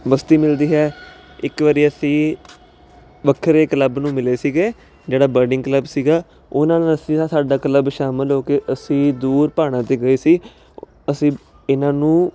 ਮਸਤੀ ਮਿਲਦੀ ਹੈ ਇੱਕ ਵਾਰੀ ਅਸੀਂ ਵੱਖਰੇ ਕਲੱਬ ਨੂੰ ਮਿਲੇ ਸੀਗੇ ਜਿਹੜਾ ਬਰਡਿੰਗ ਕਲੱਬ ਸੀਗਾ ਉਹਨਾਂ ਨਾਲ ਅਸੀਂ ਨਾ ਸਾਡਾ ਕਲੱਬ ਸ਼ਾਮਿਲ ਹੋ ਕੇ ਅਸੀਂ ਦੂਰ ਪਹਾੜਾ ਤੇ ਗਏ ਸੀ ਅਸੀਂ ਇਹਨਾਂ ਨੂੰ